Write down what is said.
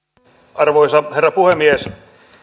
arvoisa herra puhemies